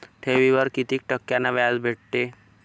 ठेवीवर कितीक टक्क्यान व्याज भेटते?